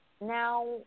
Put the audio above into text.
Now